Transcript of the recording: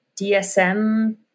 DSM